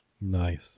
Nice